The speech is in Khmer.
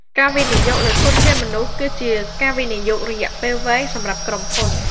ការវិនិយោគលើធនធានមនុស្សគឺជាការវិនិយោគរយៈពេលវែងសម្រាប់ក្រុមហ៊ុន។